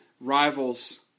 rivals